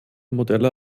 modelle